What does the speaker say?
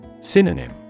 Synonym